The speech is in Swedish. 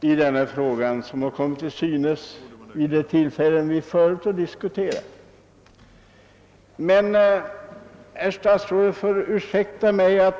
i denna fråga som kommit till synes vid de tillfällen vi förut har diskuterat den. Men herr statsrådet får ursäkta mig.